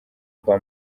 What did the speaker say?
kwa